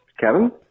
Kevin